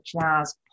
jazz